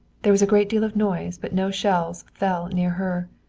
there was a great deal of noise, but no shells fell near her.